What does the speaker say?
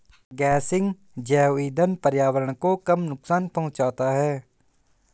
गेसिंग जैव इंधन पर्यावरण को कम नुकसान पहुंचाता है